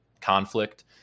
conflict